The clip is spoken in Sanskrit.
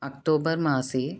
अक्तोबर् मासे